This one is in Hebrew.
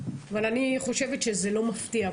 אבל אני חושבת שזה לא מפתיע.